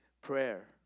prayer